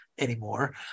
Anymore